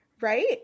right